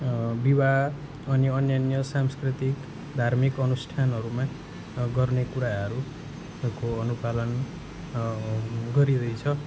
विवाह अनि अन्यान्य सांस्कृतिक धार्मिक अनुष्ठानहरूमा गर्ने कुराहरूको अनुपालन गरिँदैछ